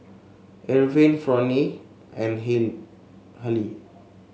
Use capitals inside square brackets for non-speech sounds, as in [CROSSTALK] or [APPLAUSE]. Irvine Fronnie and [UNINTELLIGIBLE] Hali